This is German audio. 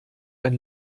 ein